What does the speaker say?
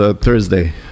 Thursday